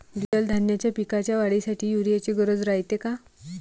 द्विदल धान्याच्या पिकाच्या वाढीसाठी यूरिया ची गरज रायते का?